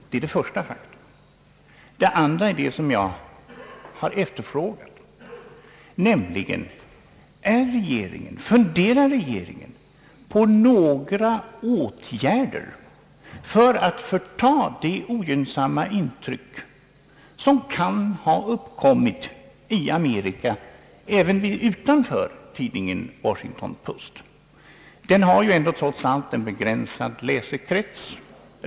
Den andra har att göra med vad jag har efterfrågat, nämligen om regeringen funderar på några åtgärder för att förta det ogynnsamma intryck som kan ha uppkommit i Amerika utanför tidningen Washington Post. Den tidningen har trots allt en begränsad läsekrets.